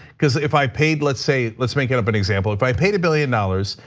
because if i paid let's say, let's make it up an example. if i paid a billion dollars,